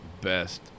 best